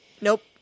Nope